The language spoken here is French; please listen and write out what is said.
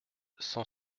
cent